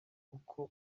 uko